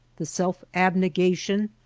the self-abnega tion,